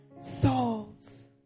souls